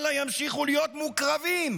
אלא ימשיכו להיות מוקרבים